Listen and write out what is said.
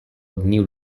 new